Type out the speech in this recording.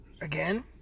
Again